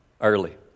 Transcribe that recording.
early